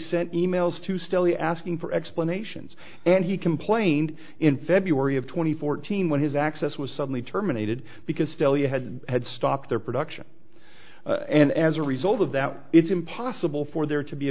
sent e mails to stalley asking for explanations and he complained in february of two thousand and fourteen when his access was suddenly terminated because still you had had stopped their production and as a result of that it's impossible for there to be a